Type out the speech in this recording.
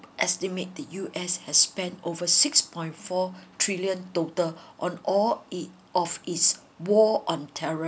estimate the U_S has spent over six point four trillion total on all it of its war on terror